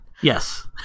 Yes